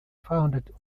founded